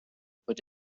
put